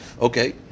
Okay